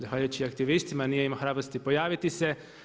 Zahvaljujući aktivistima nije imao hrabrosti pojaviti se.